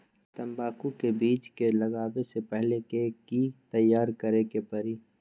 तंबाकू के बीज के लगाबे से पहिले के की तैयारी करे के परी?